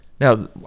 Now